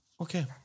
Okay